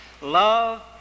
love